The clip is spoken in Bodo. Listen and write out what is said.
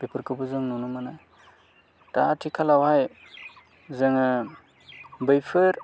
बेफोरखौबो जों नुनो मोनो दा आथिखालावहाय जोङो बैफोर